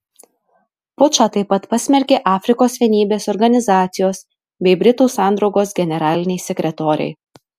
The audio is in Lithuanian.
pučą taip pat pasmerkė afrikos vienybės organizacijos bei britų sandraugos generaliniai sekretoriai